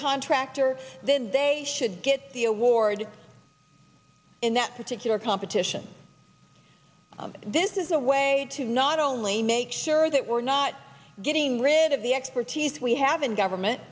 contractor then they should get the award in that particular competition this is a way to not only make sure that we're not getting rid of the expertise we have in government